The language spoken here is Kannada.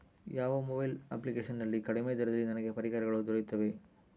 ಯಾವ ಮೊಬೈಲ್ ಅಪ್ಲಿಕೇಶನ್ ನಲ್ಲಿ ಕಡಿಮೆ ದರದಲ್ಲಿ ನನಗೆ ಪರಿಕರಗಳು ದೊರೆಯುತ್ತವೆ?